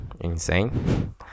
Insane